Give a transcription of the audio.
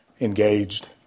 engaged